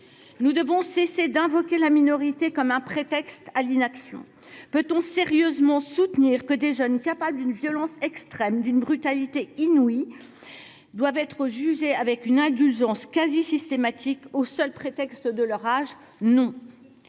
Nous devons cesser d’invoquer la minorité comme un prétexte à l’inaction. Peut on sérieusement soutenir que des jeunes capables d’une violence extrême, d’une brutalité inouïe, doivent être jugés avec une indulgence quasi systématique, au seul prétexte de leur âge ? C’est